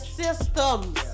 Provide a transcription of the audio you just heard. systems